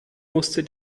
musste